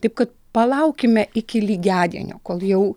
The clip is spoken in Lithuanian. taip kad palaukime iki lygiadienio kol jau